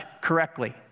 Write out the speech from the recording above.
correctly